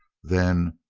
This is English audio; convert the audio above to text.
then,